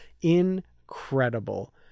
Incredible